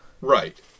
Right